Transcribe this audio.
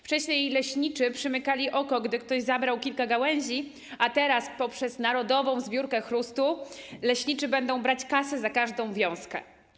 Wcześniej leśniczy przymykali oko, gdy ktoś zabrał kilka gałęzi, a teraz poprzez narodową zbiórkę chrustu leśniczy będą brać kasę za każdą wiązkę.